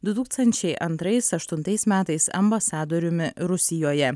du tūkstančiai antrais aštuntais metais ambasadoriumi rusijoje